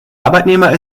arbeitnehmer